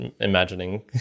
imagining